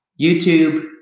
YouTube